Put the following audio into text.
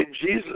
Jesus